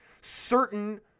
Certain